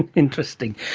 and interesting!